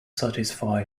satisfy